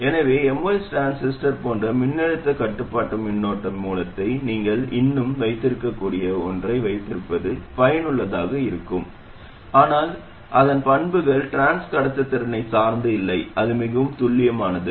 எனவே MOS transistor போன்ற மின்னழுத்த கட்டுப்பாட்டு மின்னோட்ட மூலத்தை நீங்கள் இன்னும் வைத்திருக்கக்கூடிய ஒன்றை வைத்திருப்பது பயனுள்ளதாக இருக்கும் ஆனால் அதன் பண்புகள் டிரான்ஸ் கடத்துத்திறனைச் சார்ந்து இல்லை இது மிகவும் துல்லியமானது